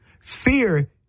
Fear